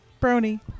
Brony